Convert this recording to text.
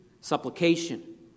supplication